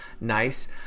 nice